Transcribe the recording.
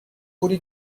پولی